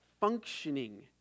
functioning